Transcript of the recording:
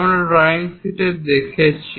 আমরা drawing sheet দেখেছি